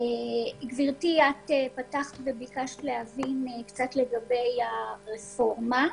גברתי, את פתחת וביקשת להבין קצת לגבי הרפורמה.